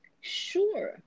Sure